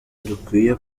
dukwiye